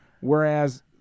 Whereas